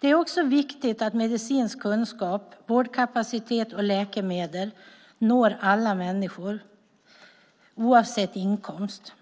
Det är också viktigt att medicinsk kunskap, vårdkapacitet och läkemedel når alla människor oavsett inkomst.